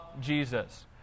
Jesus